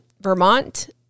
Vermont